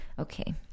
Okay